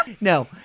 no